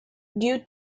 due